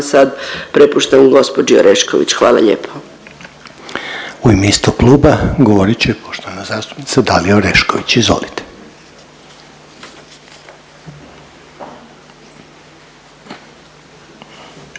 sad prepuštam gospođi Orešković. Hvala lijepa. **Reiner, Željko (HDZ)** U ime istog kluba govorit će poštovana zastupnica Dalija Orešković. Izvolite.